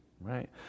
Right